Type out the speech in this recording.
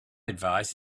advice